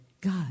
God